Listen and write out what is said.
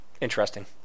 Interesting